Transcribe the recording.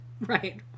Right